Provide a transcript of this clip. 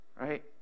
Right